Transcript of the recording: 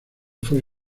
fue